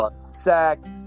sex